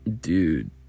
dude